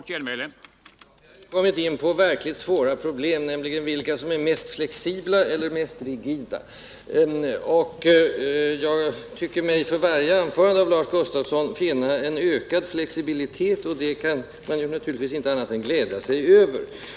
Herr talman! Vi har nu kommit in på verkligt svåra medicinska problem, nämligen vilka som är mest flexibla eller mest rigida. Jag tycker mig för varje anförande av Lars Gustafsson finna en ökad flexibilitet, och det kan man naturligtvis inte annat än glädja sig över.